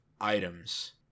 items